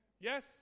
Yes